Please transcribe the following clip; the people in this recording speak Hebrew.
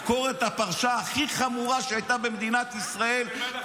לחקור את הפרשה הכי חמורה שהייתה במדינת ישראל -- המימד החמישי.